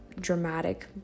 dramatic